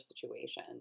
situation